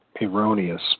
erroneous